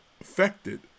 affected